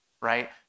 Right